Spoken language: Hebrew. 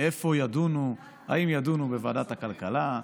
איפה ידונו, האם ידונו בוועדת הכלכלה,